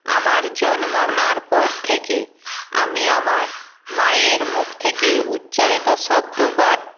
আমার জন্মানোর পর থেকে আমি আমার মায়ের মুখ থেকে উচ্চারিত শব্দ বা